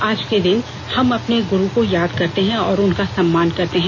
आज के दिन हम अपने गुरू को याद करते हैं और उनका सम्मान करते हैं